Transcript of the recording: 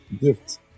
gift